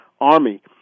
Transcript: Army